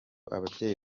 ababyeyi